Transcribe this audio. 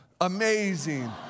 Amazing